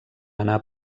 anar